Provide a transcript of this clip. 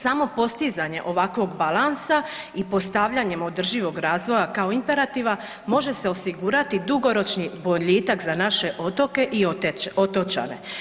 Samo postizanje ovakvog balansa i postavljanjem održivog razvoja kao imperativa može se osigurati dugoročni boljitak za naše otoke i otočane.